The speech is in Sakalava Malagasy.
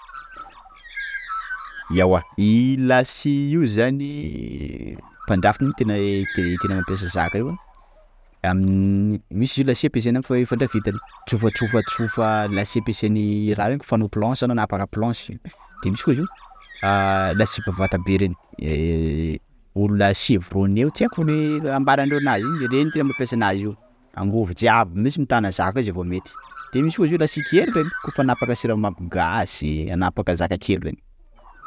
Ewa io la scie io zany mpandrafitra monko tena mampiasa zaka io amin- misy izy io la scie ampiasaina amin'ny fandrafetana tsofa tsofa tsofa la scie ampiasain'ny raha reny kôfa hanao planche anao hanapaka planche, de misy koa izy io la scie bavata be reny olona chevrogné tsy haiko le ny ambarandreo anazy iny, reny tena mampiasa anazy io; angovo jiaby mintsy mitana zaka io zay vao mety; de misy koa izy io la scie kely reny! _x000D_ Kôfa hanapaka siramamy gasy; hanapaka zaka kely reny!